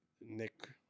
Nick